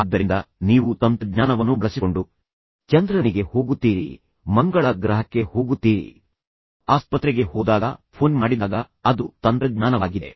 ಆದ್ದರಿಂದ ನೀವು ತಂತ್ರಜ್ಞಾನವನ್ನು ಬಳಸಿಕೊಂಡು ಚಂದ್ರನಿಗೆ ಹೋಗುತ್ತೀರಿ ಮಂಗಳ ಗ್ರಹಕ್ಕೆ ಹೋಗುತ್ತೀರಿ ಆಸ್ಪತ್ರೆಗೆ ಹೋದಾಗ ಫೋನ್ ಮಾಡಿದಾಗ ಅದು ತಂತ್ರಜ್ಞಾನವಾಗಿದೆ